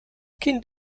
kind